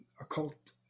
occult